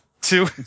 Two